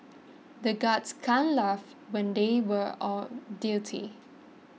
the guards can't laugh when they were on duty